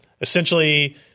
Essentially